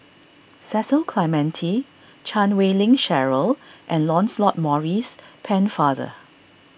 Cecil Clementi Chan Wei Ling Cheryl and Lancelot Maurice Pennefather